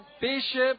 Bishop